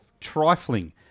trifling